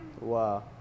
Wow